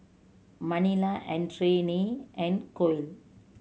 Manilla Adrienne and Kole